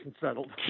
settled